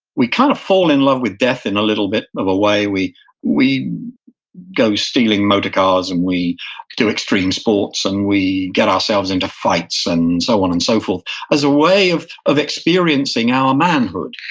we kind of fall in love with death in a little bit of a way. we we go stealing motorcars and we do extreme sports and we get ourselves into fights and so on and so forth as a way of of experiencing our manhood.